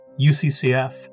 UCCF